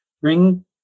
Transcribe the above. bring